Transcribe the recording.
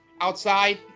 outside